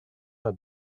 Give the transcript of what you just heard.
are